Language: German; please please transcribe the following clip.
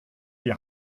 die